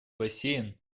бассейн